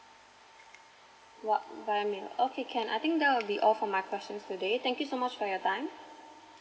via mail uh okay can I think that will be all for my questions today thank you so much for your time